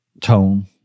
tone